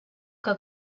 que